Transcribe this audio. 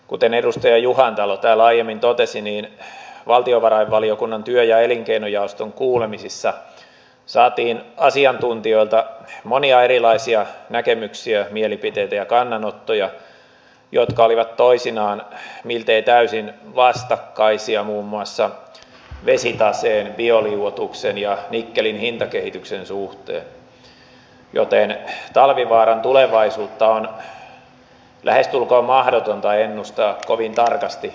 kuten edustaja juhantalo täällä aiemmin totesi niin valtiovarainvaliokunnan työ ja elinkeinojaoston kuulemisissa saatiin asiantuntijoilta monia erilaisia näkemyksiä mielipiteitä ja kannanottoja jotka olivat toisinaan miltei täysin vastakkaisia muun muassa vesitaseen bioliuotuksen ja nikkelin hintakehityksen suhteen joten talvivaaran tulevaisuutta on lähestulkoon mahdotonta ennustaa kovin tarkasti tulevaisuuteen